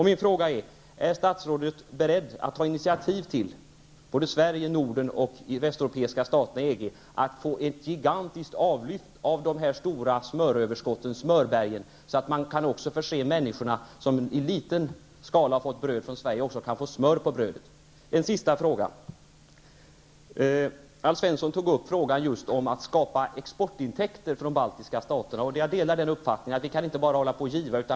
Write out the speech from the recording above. Min fråga är: Är statsrådet beredd att ta initiativ i Sverige, Norden och de västeuropeiska staterna i EG till att få ett gigantiskt avlyft av de stora smörbergen, så att de människor som i liten skala har fått bröd från Sverige också kan få smör på brödet? Jag har en sista fråga. Alf Svensson tog upp problemet att skapa exportintäkter för de baltiska staterna. Jag delar uppfattningen att vi inte bara kan ge.